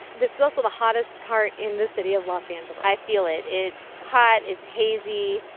this is also the hottest part in the city of los angeles i feel it. it's hot. it's hazy.